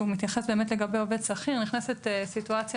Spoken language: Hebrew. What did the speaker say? שמתייחס לגבי עובד שכיר נכנסת סיטואציה